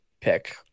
pick